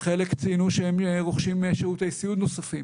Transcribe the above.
חלק ציינו שהם רוכשים שירותי סיעוד נוספים